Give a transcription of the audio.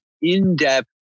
in-depth